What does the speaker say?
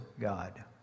God